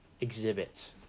exhibits